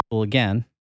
again